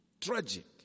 tragic